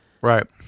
Right